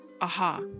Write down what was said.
Aha